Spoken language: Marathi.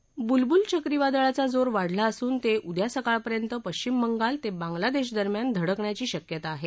बुलबुल चक्रीवादळाचा जोर वाढला असून ते उद्या सकाळपर्यंत पश्चिम बंगाल ते बांगलादेश दरम्यान धडकण्याची शक्यता आहे